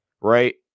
right